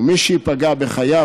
ומי שיפגע בחייו,